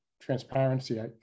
transparency